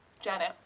Janet